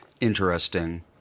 interesting